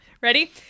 ready